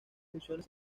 funciones